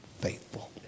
faithful